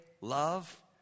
love